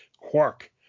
Quark